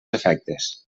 efectes